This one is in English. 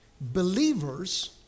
believers